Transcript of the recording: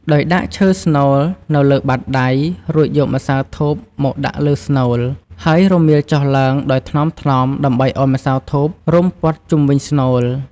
ដោយដាក់ឈើស្នូលនៅលើបាតដៃ រួចយកម្សៅធូបមកដាក់លើស្នូល ហើយរមៀលចុះឡើងដោយថ្នមៗដើម្បីឱ្យម្សៅធូបរុំព័ទ្ធជុំវិញស្នូល។